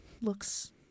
looks